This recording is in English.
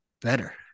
better